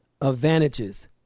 advantages